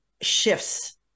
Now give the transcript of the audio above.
shifts